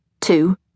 Two